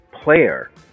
Player